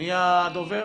מי הדובר?